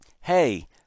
Hey